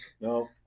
no